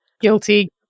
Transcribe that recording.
Guilty